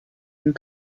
and